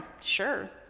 sure